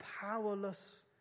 powerless